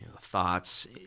thoughts